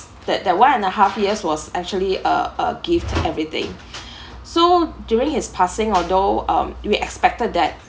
that that one and a half years was actually a a gift everything so during his passing although um we expected that